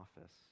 office